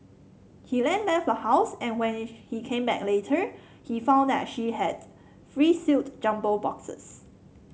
he then left the house and when he came back later he found that she had three sealed jumbo boxes